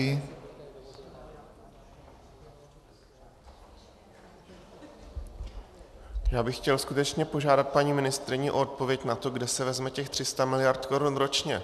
Já bych chtěl skutečně požádat paní ministryni o odpověď na to, kde se vezme těch 300 mld. korun ročně.